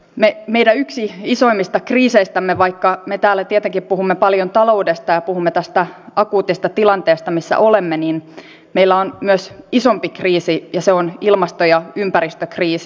ne meille yksi isoista kriiseistämme vaikka me täällä tietenkin puhumme paljon taloudesta ja puhumme tästä akuutista tilanteesta missä olemme meillä on myös isompi kriisi ja se on ilmasto ja ympäristökriisi